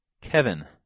Kevin